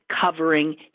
covering